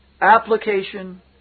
application